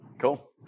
Cool